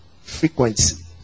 frequency